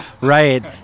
right